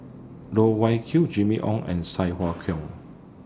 Loh Wai Kiew Jimmy Ong and Sai Hua Kuan